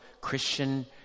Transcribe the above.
Christian